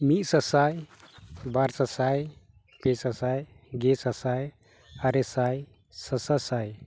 ᱢᱤᱫ ᱥᱟᱥᱟᱭ ᱵᱟᱨ ᱥᱟᱥᱟᱭ ᱯᱮ ᱥᱟᱥᱟᱭ ᱜᱮ ᱥᱟᱥᱟᱭ ᱟᱨᱮ ᱥᱟᱭ ᱥᱟᱥᱟ ᱥᱟᱭ